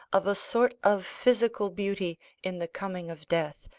of a sort of physical beauty in the coming of death,